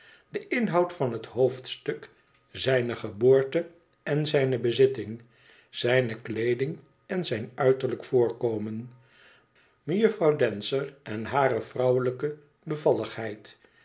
de inhoud van het hoofdstuk zijne geboorte en zijne bezitting zijne kleeding en zijn uiterlijk voorkomen mejuffrouw dancer en hare vrouwelijke bevalligheid